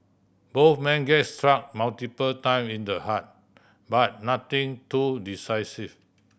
both men get struck multiple time in the head but nothing too decisive